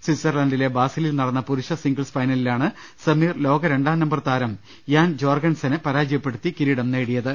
സ്വിറ്റ്സർലന്റിലെ ബാസിലിൽ നടന്ന പുരുഷ സിംഗിൾസ് ഫൈനലിലാണ് സമീർ ലോക രണ്ടാം നമ്പർ താരം യാൻ ജോർഗൻസനെ പരാജയപ്പെടുത്തി കിരീടം നേടിയത്